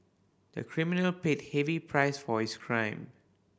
the criminal paid heavy price for his crime